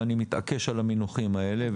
ואני מתעקש על המינוחים האלה,